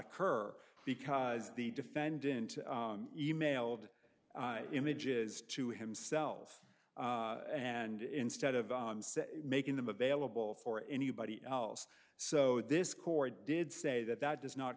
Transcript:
occur because the defendant emailed images to himself and instead of making them available for anybody else so this court did say that that does not